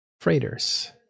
freighters